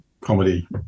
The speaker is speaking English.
comedy